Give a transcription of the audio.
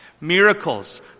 Miracles